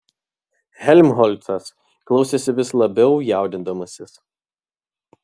helmholcas klausėsi vis labiau jaudindamasis